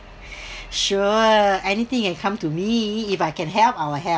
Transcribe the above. sure anything can come to me if I can help I will help